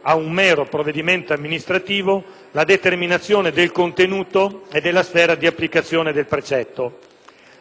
ad un mero provvedimento amministrativo la determinazione del contenuto e della sfera di applicazione del precetto.